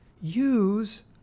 Use